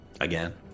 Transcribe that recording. Again